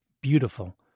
beautiful